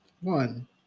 One